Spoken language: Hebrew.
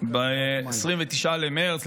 ב-29 במרץ.